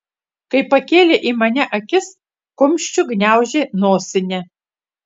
kai pakėlė į mane akis kumščiu gniaužė nosinę